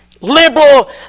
liberal